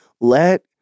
Let